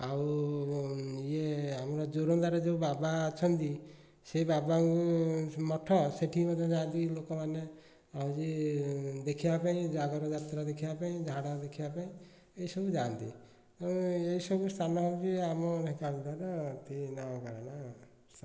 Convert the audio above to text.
ଆଉ ଇଏ ଆମର ଯୋରନ୍ଦାରେ ଯେଉଁ ବାବା ଅଛନ୍ତି ସେ ବାବାଙ୍କୁ ମଠ ସେଠିକି ମଧ୍ୟ ଯାଆନ୍ତି ଲୋକମାନେ ଆଉ ହେଉଛି ଦେଖିବା ପାଇଁ ଜାଗର ଯାତ୍ରା ଦେଖିବା ପାଇଁ ଝାଡ଼ ଦେଖିବା ପାଇଁ ଏହିସବୁ ଯାଆନ୍ତି ତେଣୁ ଏହିସବୁ ସ୍ଥାନ ହେଉଛି ଆମ ଢେଙ୍କାନାଳର ଏମିତି ନାଁ କରେଇନା ସ୍ଥାନ